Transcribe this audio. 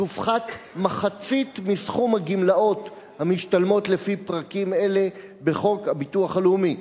תופחת מחצית מסכום הגמלאות המשתלמות לפי פרקים אלה בחוק הביטוח הלאומי: